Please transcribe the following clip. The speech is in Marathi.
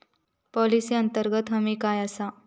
पॉलिसी अंतर्गत हमी काय आसा?